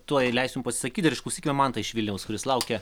tuoj leisiu jum pasisakyti ir išklausykime mantą iš vilniaus kuris laukia